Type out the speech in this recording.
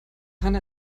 hanna